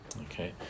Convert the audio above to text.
Okay